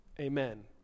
amen